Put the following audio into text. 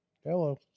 Hello